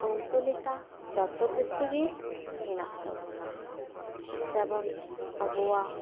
ᱩᱱᱠᱩ ᱞᱮᱠᱟ ᱡᱚᱛᱚ ᱠᱤᱪᱷᱩ ᱜᱮ ᱦᱮᱱᱟᱜ ᱛᱟᱵᱚᱱᱟ ᱡᱮᱢᱚᱱ ᱟᱵᱚᱣᱟᱜ